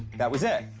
that was it.